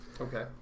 Okay